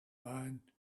man